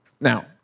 Now